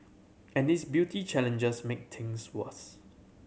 and these beauty challenges make things worse